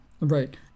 Right